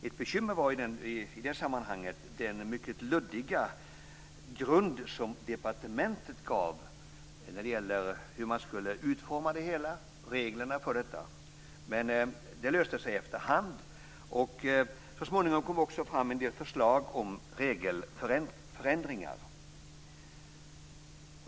Ett bekymmer i det sammanhanget var den mycket luddiga grund som departementet gav när det gäller reglerna och hur man skulle utforma avtalen. Det löste sig efterhand. Så småningom kom det också fram en del förslag om regelförändringar.